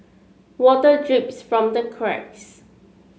water drips from the cracks